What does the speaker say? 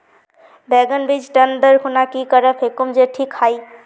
बैगन बीज टन दर खुना की करे फेकुम जे टिक हाई?